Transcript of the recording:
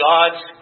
God's